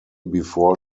before